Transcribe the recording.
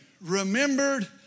remembered